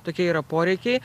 tokia yra poreikiai